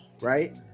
right